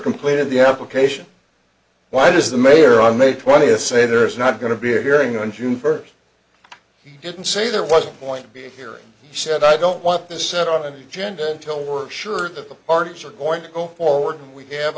completed the application why does the mayor on may twentieth say there is not going to be a hearing on june first he didn't say there was a point to be here he said i don't want this set on any gender until we're sure that the parties are going to go forward and we have